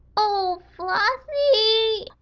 oh, flossie,